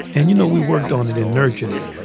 and, you know, we worked on it and nurtured it.